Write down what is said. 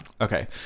Okay